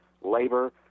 labor